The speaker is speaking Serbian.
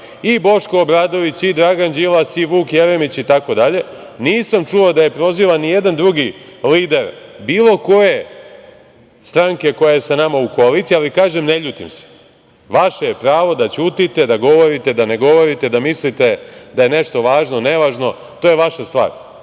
i Boško Obradović, i Dragan Đilas, i Vuk Jeremić, itd. i nisam čuo da je prozivan nijedan drugi lider bilo koje stranke koja je sa nam u koaliciji. Kažem, ne ljutim se. Vaše je pravo da ćutite, da govorite, da ne govorite, da mislite da je nešto važno, nevažno, to je vaša stvar,